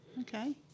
Okay